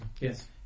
Yes